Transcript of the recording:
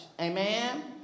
Amen